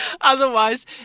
otherwise